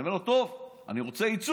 אני אומר לו: טוב, אני רוצה ייצוג.